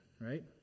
right